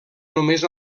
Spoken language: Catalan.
només